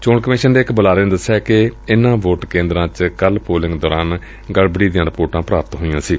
ਚੋਣ ਕਮਿਸ਼ਨ ਦੇ ਇਕ ਬੁਲਾਰੇ ਨੇ ਦਸਿਆ ਕਿ ਇਨਾਂ ਵੋਟ ਕੇਦਰਾਂ ਚ ਕੱਲ੍ਨ ਪੋਲਿੰਗ ਦੋਰਾਨ ਗੜਬੜੀ ਦੀਆਂ ਰਿਪੋਰਟਾਂ ਪ੍ਰਾਪਤ ਹੋਈਆ ਸਨ